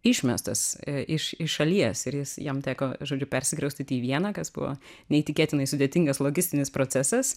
išmestas iš iš šalies ir jis jam teko žodžiu persikraustyt į vieną kas buvo neįtikėtinai sudėtingas logistinis procesas